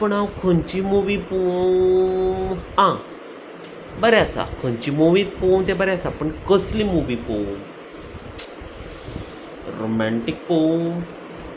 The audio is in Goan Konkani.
पूण हांव खंयची मुवी पळोवं आं बरें आसा खंयची मुवी पळोवं तें बरें आसा पूण कसली मुवी पळोवं रोमेंटीक पळवूं